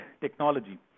technology